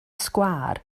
sgwâr